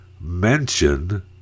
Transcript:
mention